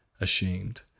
ashamed